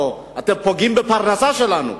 או אתם פוגעים בפרנסה שלנו.